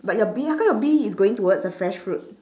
but your bee how come your bee is going towards the fresh fruit